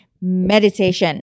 meditation